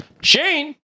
Shane